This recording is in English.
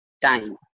Time